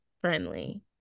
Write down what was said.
friendly